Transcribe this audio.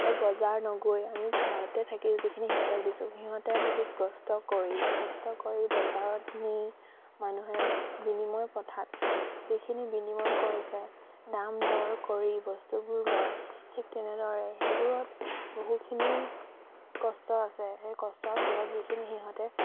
এতিয়া বজাৰ নগৈ আমি ঘৰতে থাকি যিখিনি সিহঁতক দিছোঁ সিহঁতে বহুত কষ্ট কৰি কষ্ট কৰি বজাৰত নি মানুহে বিনিময় প্ৰথাত যিখিনি বিনিময় কৰিছে দাম দৰ কৰি বস্তুবোৰ লয় ঠিক তেনেদৰে সেইবোৰত বহুখিনি কষ্ট আছে সেই কষ্টৰ ফলত যিখিনি সিহঁতে